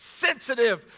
sensitive